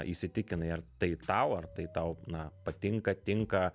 įsitikinai ar tai tau ar tai tau na patinka tinka